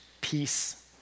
peace